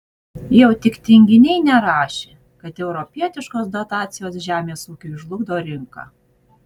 jau tik tinginiai nerašė kad europietiškos dotacijos žemės ūkiui žlugdo rinką